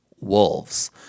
wolves